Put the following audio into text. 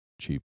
cheap